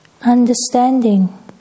understanding